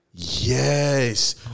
Yes